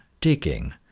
digging